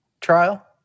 trial